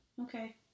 okay